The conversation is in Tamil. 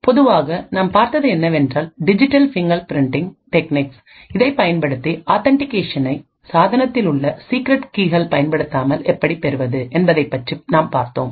பொதுவாகநாம் பார்த்தது என்னவென்றால் டிஜிட்டல் பிங்கர் பிரிண்ட்டிங் டெக்னிக்ஸ் இதை பயன்படுத்தி ஆத்தன்டிகேஷனை சாதனத்தில் உள்ள சீக்ரெட் கீகள் பயன்படுத்தாமல் எப்படி பெறுவது என்பதைப் பற்றி நாம் பார்த்தோம்